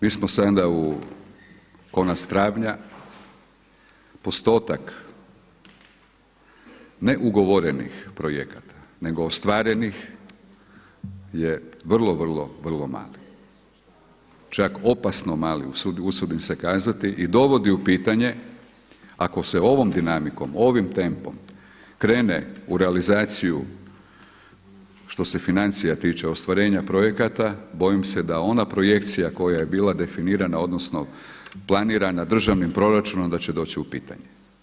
Mi smo sada u konac travnja, postotak ne ugovorenih projekata nego ostvarenih je vrlo, vrlo, vrlo mali, čak opasno mali, usudim se kazati i dovodi u pitanje ako se ovom dinamikom, ovim tempom krene u realizaciju što se financija tiče, ostvarenja projekata bojim se da ona projekcija koja je bila definirana, odnosno planirana državnim proračunom da će doći u pitanje.